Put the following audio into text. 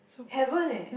heaven eh